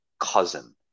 cousin